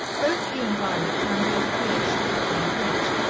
both he and violet found their recreation in playing bridge,